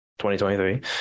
2023